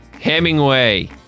Hemingway